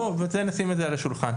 בוא נשים את זה על השולחן,